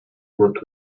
worked